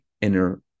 inner